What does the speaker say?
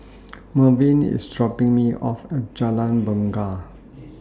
Marvin IS dropping Me off At Jalan Bungar